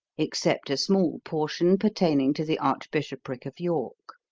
except a small portion pertaining to the archbishopric of york.